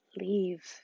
leave